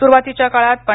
सुरूवातीच्या काळात पं